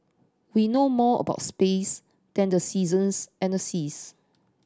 we know more about space than the seasons and the seas